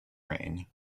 reign